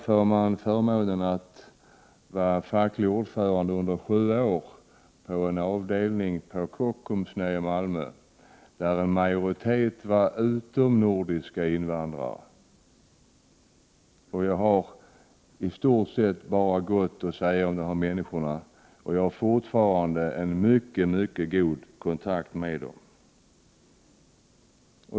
Herr talman! Jag hade förmånen att vara facklig ordförande under sju år på en avdelning på Kockums i Malmö. En majoritet av de anställda där var utomnordiska invandrare. Jag har i stort sett bara gott att säga om dessa människor, och jag har fortfarande en mycket god kontakt med dem.